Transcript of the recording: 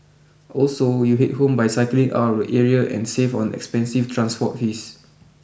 also you head home by cycling out of the area and save on expensive transport fees